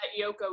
Yoko